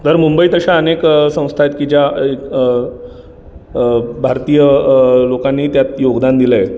तर मुंबईत अशा अनेक संस्थाय आहेत की ज्या अ अ भारतीय लोकांनी त्यात योगदान दिलं आहे